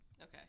Okay